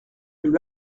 lui